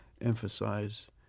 emphasize